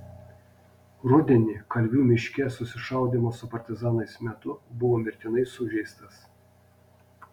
rudenį kalvių miške susišaudymo su partizanais metu buvo mirtinai sužeistas